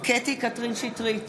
קטי (קטרין) שטרית,